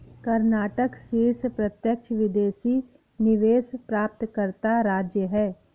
कर्नाटक शीर्ष प्रत्यक्ष विदेशी निवेश प्राप्तकर्ता राज्य है